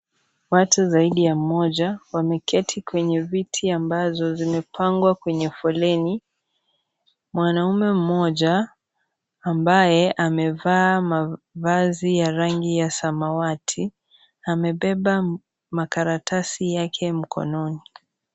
Watu zaidi ya moja, wameketi kwenye viti ambazo zimepangwa kwenye foleni. Mwanaume mmoja, ambaye amevaa mavazi ya rangi ya samawati, amebeba makaratasi yake mkononi.